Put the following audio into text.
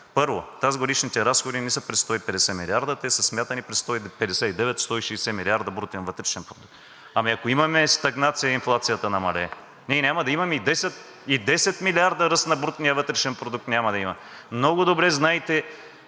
Първо, тазгодишните разходи не са при 150 милиарда, те са смятани при 159 – 160 милиарда брутен вътрешен продукт. Ами ако имаме стагнация, а инфлацията намалее? Ние няма да имаме и 10 милиарда ръст на брутния вътрешен продукт! Много добре знаете,